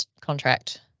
contract